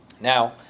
Now